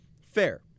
fair